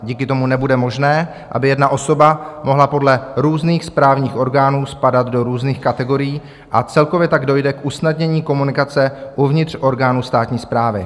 Díky tomu nebude možné, aby jedna osoba mohla podle různých správních orgánů spadat do různých kategorií, a celkově tak dojde k usnadnění komunikace uvnitř orgánů státní správy.